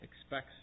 expects